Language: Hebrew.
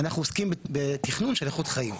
אנחנו עוסקים בתכנון של איכות חיים,